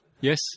Yes